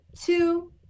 Two